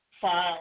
file